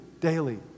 daily